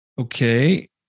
Okay